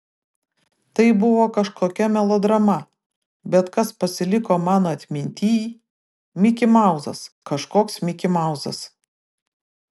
tai buvo kažkokia melodrama bet kas pasiliko mano atmintyj mikimauzas kažkoks mikimauzas